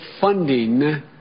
funding